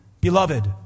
beloved